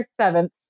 seventh